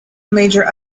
major